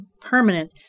permanent